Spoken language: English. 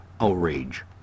Outrage